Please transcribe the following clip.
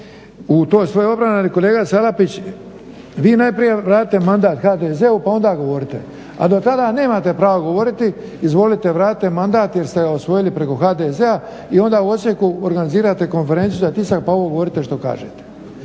u toj svojoj obrani, ali kolega Salapić, vi najprije vratite mandat HDZ-u pa onda govorite, a do tada nemate pravo govoriti, izvolite, vratite mandat jer ste ga osvojili preko HDZ-a i onda u Osijeku organizirate konferenciju za tisak pa ovo govorite što kažete.